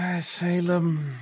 Salem